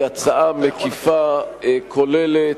היא הצעה מקיפה, כוללת,